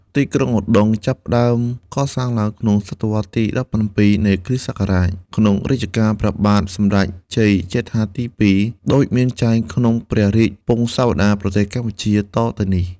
ទីក្រុងឧត្តុង្គចាប់ផ្ដើមកសាងឡើងក្នុងសតវត្សទី ១៧ នៃគ្រិស្តសករាជ ក្នុងរជ្ជកាលព្រះបាទសម្ដេចជ័យជេដ្ឋាទី២ ដូចមានចែងក្នុងព្រះរាជពង្សាវតារប្រទេសកម្ពុជាតទៅនេះ